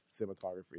cinematography